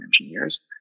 engineers